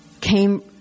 came